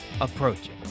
approaching